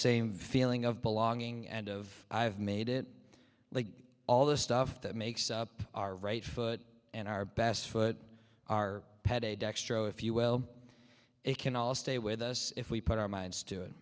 same feeling of belonging and of i've made it like all the stuff that makes up our right foot and our best but our petty dextro if you well it can all stay with us if we put our minds to